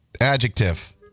adjective